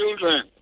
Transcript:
children